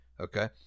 Okay